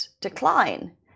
decline